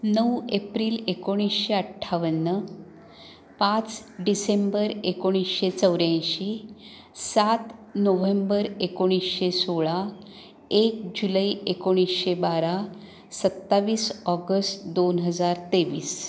नऊ एप्रिल एकोणीसशे अठ्ठावन्न पाच डिसेंबर एकोणीसशे चौऱ्याऐंशी सात नोव्हेंबर एकोणीसशे सोळा एक जुलै एकोणीसशे बारा सत्तावीस ऑगस्ट दोन हजार तेवीस